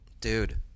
Dude